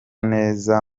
neza